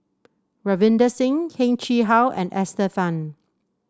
Ravinder Singh Heng Chee How and Esther Fun